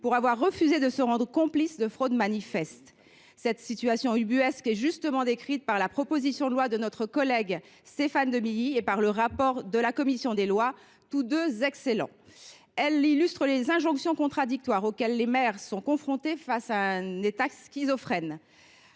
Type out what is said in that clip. pour avoir refusé de se rendre complices d’une fraude manifeste. Cette situation ubuesque est très justement décrite dans l’exposé des motifs de la proposition de loi de notre collègue Stéphane Demilly et dans le rapport de la commission des lois, tous deux excellents. Elle est révélatrice des injonctions contradictoires auxquelles les maires sont confrontés face à un État schizophrène.